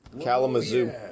Kalamazoo